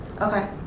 Okay